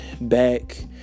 back